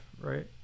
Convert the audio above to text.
right